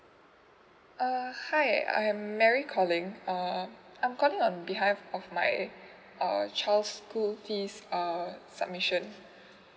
uh hi I'm mary calling uh I'm calling on behalf of my uh child's school fees uh submission